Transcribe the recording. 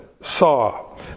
saw